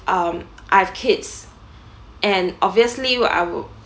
um I have kids and obviously what I would